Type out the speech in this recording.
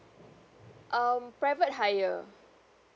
um private hire